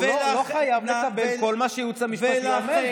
הוא לא חייב לקבל את כל מה שהייעוץ המשפטי אומר.